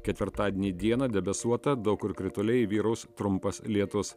ketvirtadienį dieną debesuota daug kur krituliai vyraus trumpas lietus